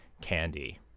candy